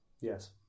yes